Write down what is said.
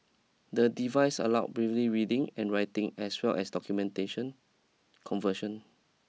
the device allowed Braille reading and writing as well as documentation conversion